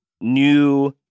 new